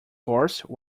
course